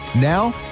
Now